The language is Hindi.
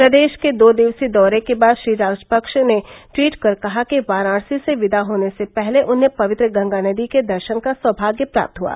प्रदेश के दो दिवसीय दौरे के बाद श्री राजपक्ष ने ट्वीट कर कहा कि वाराणसी से विदा होने से पहले उन्हें पवित्र गंगा नदी के दर्शन का सौभाग्य प्राप्त हुआ